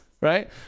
right